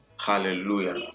Hallelujah